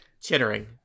Chittering